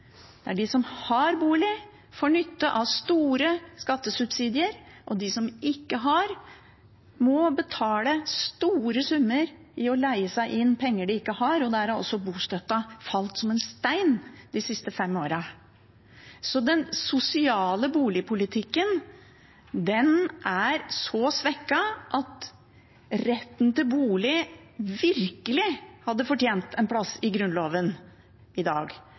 De som har bolig, får nytte av store skattesubsidier, og de som ikke har, må betale store summer for å leie seg inn – penger de ikke har. Bostøtten har også falt som en stein de siste fem årene. Den sosiale boligpolitikken er så svekket at retten til bolig virkelig hadde fortjent en plass i Grunnloven i dag,